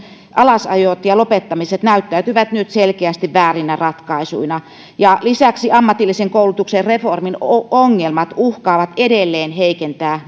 alasajot ja lopettamiset näyttäytyvät nyt selkeästi väärinä ratkaisuina ja lisäksi ammatillisen koulutuksen reformin ongelmat uhkaavat edelleen heikentää